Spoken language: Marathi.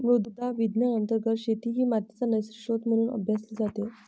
मृदा विज्ञान अंतर्गत शेती ही मातीचा नैसर्गिक स्त्रोत म्हणून अभ्यासली जाते